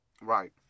Right